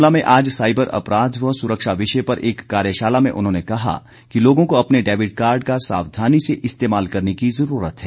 शिमला में आज साईबर अपराध व सुरक्षा विषय पर एक कार्यशाला में उन्होंने कहा कि लोगों को अपने डेबिट कार्ड का सावधानी से इस्तेमाल करने की जरूरत है